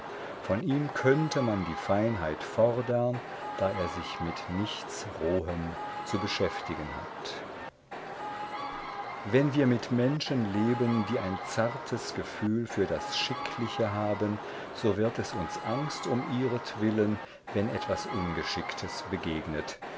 von ihm könnte man die feinheit fordern da er sich mit nichts rohem zu beschäftigen hat wenn wir mit menschen leben die ein zartes gefühl für das schickliche haben so wird es uns angst um ihretwillen wenn etwas ungeschicktes begegnet